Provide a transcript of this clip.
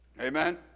Amen